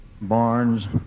barns